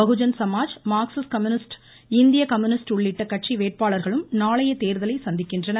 Bahujan Samaj Marxist communist இந்திய communist உள்ளிட்ட கட்சி வேட்பாளர்களும் நாளைய தேர்தலை சந்திக்கின்றனர்